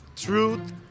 truth